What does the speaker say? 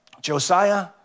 Josiah